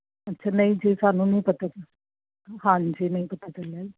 ਅੱਛਾ ਨਹੀਂ ਜੀ ਸਾਨੂੰ ਨਹੀਂ ਪਤਾ ਹਾਂਜੀ ਨਹੀਂ ਪਤਾ ਚੱਲਿਆ ਜੀ